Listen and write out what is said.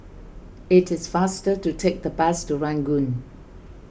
it is faster to take the bus to Ranggung